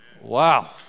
Wow